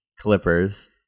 clippers